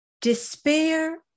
Despair